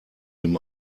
him